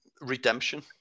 redemption